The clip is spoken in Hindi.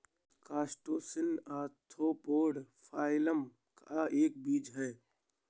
क्रस्टेशियन ऑर्थोपोडा फाइलम का एक जीव है